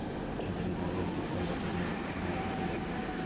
ठंड में नारियल के फल अपने अपनायल गिरे लगए छे?